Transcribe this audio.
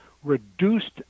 reduced